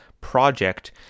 project